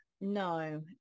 no